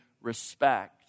respect